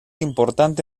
importante